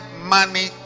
money